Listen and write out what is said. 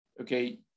okay